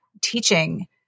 teaching